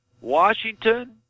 Washington